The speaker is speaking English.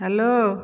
hello